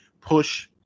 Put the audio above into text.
push